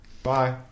Bye